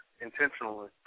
intentionally